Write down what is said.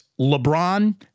LeBron